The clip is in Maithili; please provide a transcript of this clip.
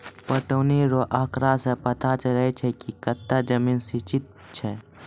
पटौनी रो आँकड़ा से पता चलै छै कि कतै जमीन सिंचित छै